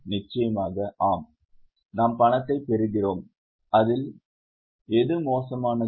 நிச்சயமாக ஆம் நாம் பணத்தைப் பெறுகிறோம் அதில் எது மோசமானது